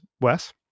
Wes